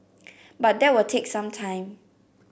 but that will take some time